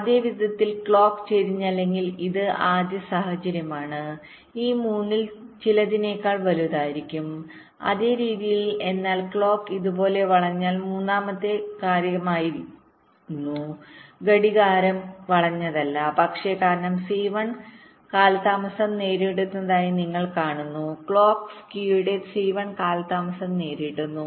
അതേ വിധത്തിൽ ക്ലോക്ക് ചരിഞ്ഞില്ലെങ്കിൽ ഇത് ആദ്യ സാഹചര്യമാണ് ഈ 3 ൽ ചിലതിനേക്കാൾ വലുതായിരിക്കും അതേ രീതിയിൽ എന്നാൽ ക്ലോക്ക് ഇതുപോലെ വളഞ്ഞാൽ മുമ്പത്തെ കാര്യമായിരുന്നു ഘടികാരം വളഞ്ഞതല്ല പക്ഷേ കാരണം C1 കാലതാമസം നേരിടുന്നതായി നിങ്ങൾ കാണുന്ന ക്ലോക്ക് സ്കീയുടെ C1 കാലതാമസം നേരിടുന്നു